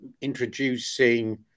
introducing